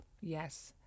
Yes